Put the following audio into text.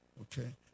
Okay